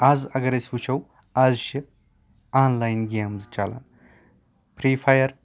آز اَگر أسۍ وٕچھو آز چھِ آن لاین گیمٕز چلان فری فیر